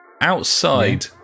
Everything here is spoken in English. outside